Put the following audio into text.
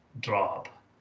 drop